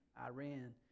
Iran